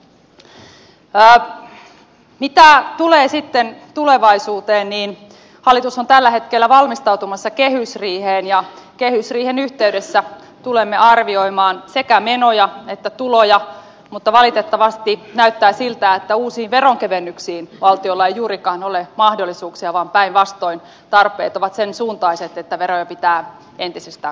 mitä tulee sitten tulevaisuuteen niin hallitus on tällä hetkellä valmistautumassa kehysriiheen ja kehysriihen yhteydessä tulemme arvioimaan sekä menoja että tuloja mutta valitettavasti näyttää siltä että uusiin veronkevennyksiin valtiolla ei juurikaan ole mahdollisuuksia vaan päinvastoin tarpeet ovat sen suuntaiset että veroja pitää entisistä